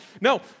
No